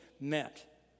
met